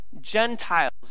Gentiles